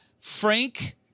Frank